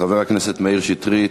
חברת כנסת מאיר שטרית,